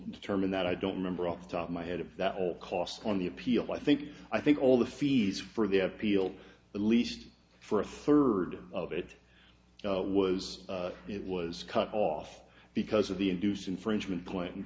determine that i don't remember off the top of my head if that all cost on the appeal i think i think all the fees for the appeal the least for a third of it was it was cut off because of the induced infringement point